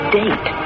date